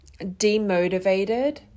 demotivated